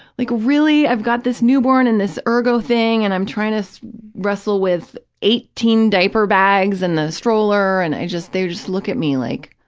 like, really? i've got this newborn and this ergo-thing and i'm trying to so wrestle with eighteen diaper bags and the stroller, and i just, they just look at me like,